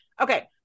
okay